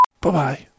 Bye-bye